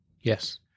Yes